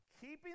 keeping